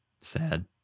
Sad